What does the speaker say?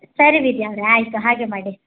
ಸರಿ ವಿದ್ಯಾ ಅವರೇ ಆಯಿತು ಹಾಗೆ ಮಾಡಿ